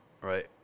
right